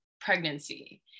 pregnancy